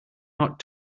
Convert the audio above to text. not